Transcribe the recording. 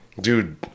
Dude